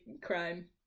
crime